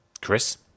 Chris